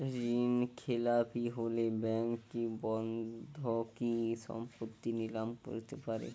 ঋণখেলাপি হলে ব্যাঙ্ক কি বন্ধকি সম্পত্তি নিলাম করতে পারে?